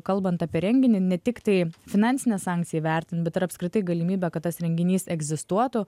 kalbant apie renginį ne tik tai finansinę sankciją įvertint bet ir apskritai galimybę kad tas renginys egzistuotų